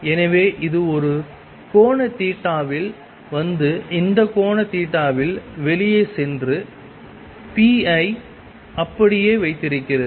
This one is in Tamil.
எனவே இது ஒரு கோண தீட்டாவில் வந்து இந்த கோண தீட்டாவில் வெளியே சென்று p ஐ அப்படியே வைத்திருந்தது